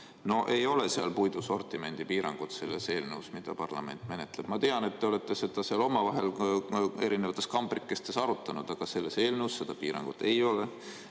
No ei ole puidusortimendi piiranguid selles eelnõus, mida parlament menetleb. Ma tean, et te olete seda seal omavahel erinevates kambrikestes arutanud, aga selles eelnõus seda piirangut ei ole.